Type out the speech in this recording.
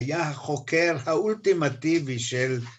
‫היה החוקר האולטימטיבי של...